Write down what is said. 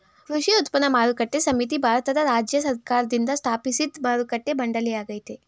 ಕೃಷಿ ಉತ್ಪನ್ನ ಮಾರುಕಟ್ಟೆ ಸಮಿತಿ ಭಾರತದ ರಾಜ್ಯ ಸರ್ಕಾರ್ದಿಂದ ಸ್ಥಾಪಿಸಿದ್ ಮಾರುಕಟ್ಟೆ ಮಂಡಳಿಯಾಗಯ್ತೆ